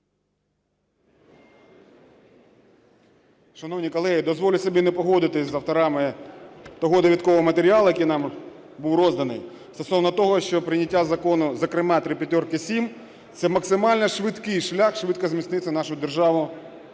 Шановні колеги, дозволю собі не погодитися з авторами того довідкового матеріалу, який нам був розданий, стосовно того, що прийняття закону, зокрема, 5557 – це максимально швидкий шлях швидко зміцнити нашу державу